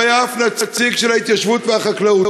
לא היה שום נציג של ההתיישבות והחקלאות,